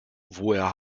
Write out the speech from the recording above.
woher